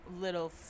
little